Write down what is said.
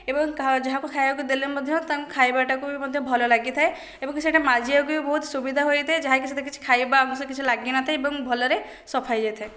ଏବଂ ଯାହାକୁ ଖାଇବାକୁ ଦେଲେ ମଧ୍ୟ ତାଙ୍କୁ ଖାଇବାଟାକୁ ମଧ୍ୟ ଭଲ ଲାଗିଥାଏ ଏବଂ ସେଇଟା ମାଜିବାକୁ ବି ବହୁତ ସୁବିଧା ହୋଇଥାଏ ଯାହାକି ସେଥିରେ କିଛି ଖାଇବା ଅବଶ୍ୟ କିଛି ଲାଗି ନଥାଏ ଏବଂ ଭଲରେ ସଫା ହୋଇଯାଇଥାଏ